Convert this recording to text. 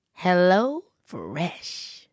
HelloFresh